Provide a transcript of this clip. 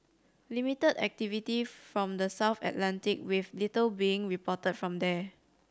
limit activity from the south Atlantic with little being report from here